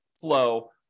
flow